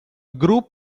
group